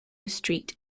street